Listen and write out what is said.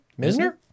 Misner